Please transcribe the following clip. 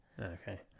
Okay